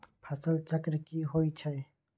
फसल चक्र की होई छै?